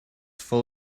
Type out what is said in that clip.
full